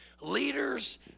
leaders